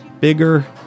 bigger